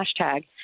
hashtag